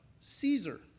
Caesar